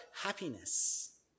happiness